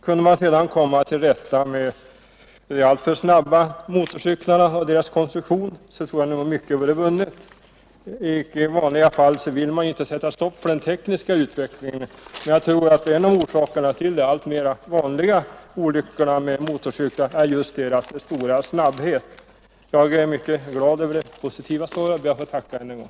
Kunde man sedan komma till rätta med de alltför snabba motorcyklarna och deras konstruktion så tror jag nog mycket vore vunnet. I vanliga fall vill man ju inte sätta stopp för den tekniska utvecklingen. Men jag tror att en av orsakerna till de allt vanligare olyckorna med motorcyklar är just deras stora snabbhet. Jag är glad över det positiva svaret och får tacka ännu en gång.